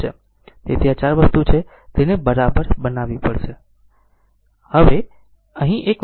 તેથી આ 4 વસ્તુ છે તેને બરાબર બનાવવી પડશે